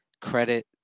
Credit